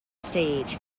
stage